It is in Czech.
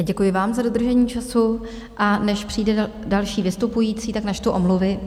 Děkuji vám za dodržení času, a než přijde další vystupující, načtu omluvy.